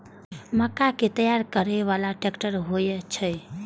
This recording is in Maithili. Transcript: मक्का कै तैयार करै बाला ट्रेक्टर होय छै?